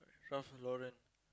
Ralph-Lauren